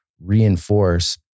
reinforce